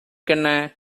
கென்ன